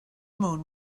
moon